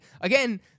again